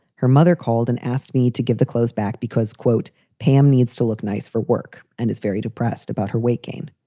her mother called and asked me to give the clothes back because, quote, pam needs to look nice for work and is very depressed about her weight gain.